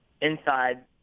inside